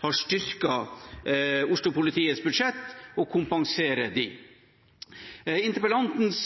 har styrket Oslo-politiets budsjett og kompenserer dem. Interpellantens